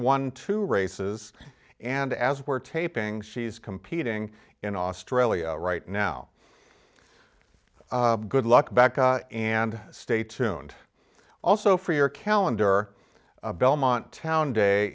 won two races and as we're taping she's competing in australia right now good luck back and stay tuned also for your calendar belmont town day